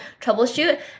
troubleshoot